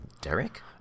Derek